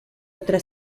otra